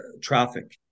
traffic